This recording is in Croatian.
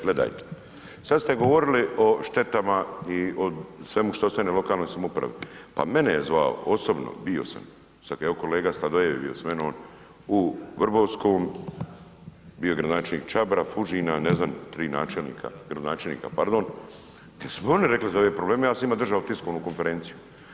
Gledajte sad ste govorili o štetama i svemu što ostane lokalnoj samoupravi, pa mene je zvao osobno, bio sam, sad kad je evo kolega Sladoljev bio s menom u Vrbovskom, bio gradonačelnik Čabra, Fužina, ne znam tri načelnika, gradonačelnika pardon, jer su mi oni rekli za ove probleme, ja sam njima držao tiskovnu konferenciju.